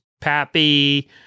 Pappy